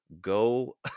go